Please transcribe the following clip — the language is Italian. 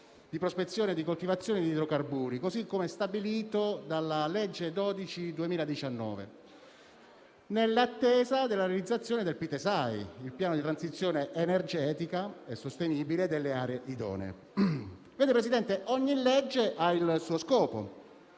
di prospezione e di coltivazione di idrocarburi, così come stabilito dalla legge n. 12 del 2019, nell'attesa della realizzazione del Piano per la transizione energetica sostenibile delle aree idonee (PiTESAI). Signor Presidente, ogni legge ha il suo scopo: